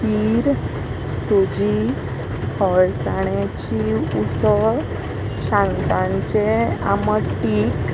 खीर सोजी हळसाण्याची उसळ शांगांचें आमट तीख